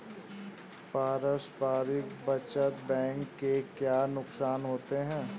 पारस्परिक बचत बैंक के क्या नुकसान होते हैं?